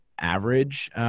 average